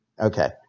Okay